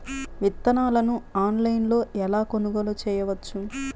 విత్తనాలను ఆన్లైనులో ఎలా కొనుగోలు చేయవచ్చు?